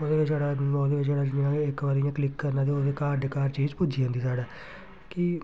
ओह्दे बिच्च ओह्दे बिच्च छड़ा इक बारी इ'यां क्लिक करना ते ओह्दे घर दे घर चीज़ पुज्जी जंदी साढ़े कि